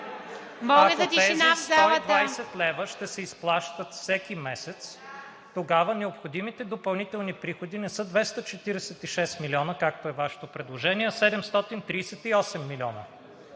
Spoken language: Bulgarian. Ако тези 120 лв. ще се изплащат всеки месец, тогава необходимите допълнителни приходи не са 246 милиона, както е Вашето предложение, а 738 милиона.